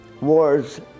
wars